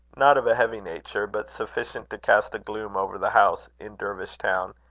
not of a heavy nature, but sufficient to cast a gloom over the house in dervish town,